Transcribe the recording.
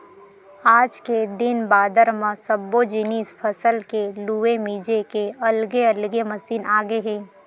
आज के दिन बादर म सब्बो जिनिस फसल के लूए मिजे के अलगे अलगे मसीन आगे हे